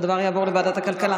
שהדבר יעבור לוועדת הכלכלה?